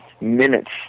minutes